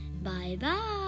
Bye-bye